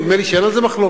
ונדמה לי שאין על זה מחלוקת,